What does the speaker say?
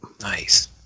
nice